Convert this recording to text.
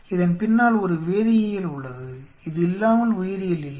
இதன் பின்னால் ஒரு வேதியியல் உள்ளது இது இல்லாமல் உயிரியல் இல்லை